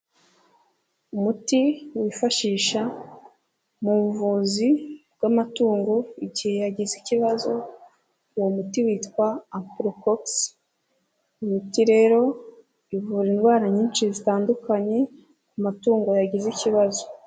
Umuti wifashishwa mu buvuzi bw'amatungo, igihe yagize ikibazo, uwo muti witwa Amprocox. Imiti rero ivura indwara nyinshi zitandukanye, ku amatungo yagize ikibazo.